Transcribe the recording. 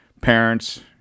parents